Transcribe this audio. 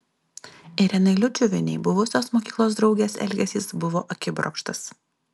irenai liudžiuvienei buvusios mokyklos draugės elgesys buvo akibrokštas